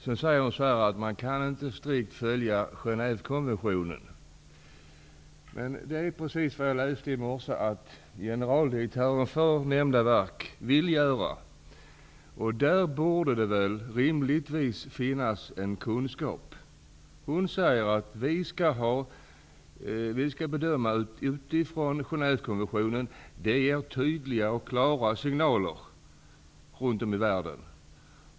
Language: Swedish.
Statsrådet säger vidare att man inte strikt kan följa Det är emellertid precis motsatsen till vad jag läste i morse att generaldirekten för nämnda verk vill göra. På Invandrarverket borde rimligtvis denna kunskap finnas. Generaldirektören säger att man skall göra bedömningar utifrån Genèvekonventionen, och att ett sådant agerande ger tydliga och klara signaler till omvärlden.